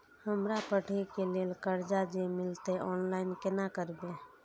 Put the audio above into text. हमरा पढ़े के लेल कर्जा जे मिलते ऑनलाइन केना करबे?